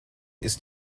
ist